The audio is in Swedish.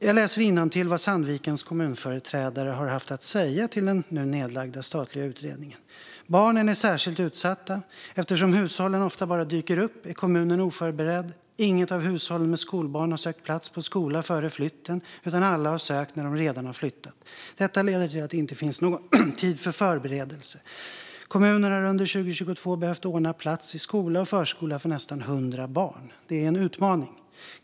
Jag läser innantill vad Sandvikens kommunföreträdare har haft att säga till den nu nedlagda statliga utredningen: Barnen är särskilt utsatta. Eftersom hushållen ofta bara dyker upp är kommunen oförberedd. Inget av hushållen med skolbarn har sökt plats på skola före flytten, utan alla har sökt när de redan har flyttat. Detta leder till att det inte finns någon tid för förberedelse. Kommunen har under 2022 behövt ordna plats i skola och förskola för nästan 100 barn. Det är en utmaning.